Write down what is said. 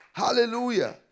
Hallelujah